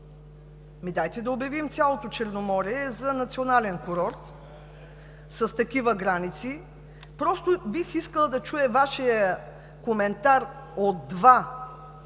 Дайте да обявим цялото Черноморие за национален курорт с този закон. Просто бих искала да чуя Вашия коментар: от два